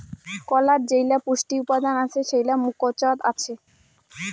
কলাত যেইলা পুষ্টি উপাদান আছে সেইলা মুকোচত আছে